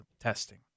testing